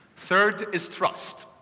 third is trust.